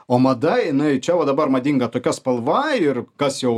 o mada jinai čia o dabar madinga tokia spalva ir kas jau